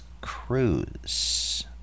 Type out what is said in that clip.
cruise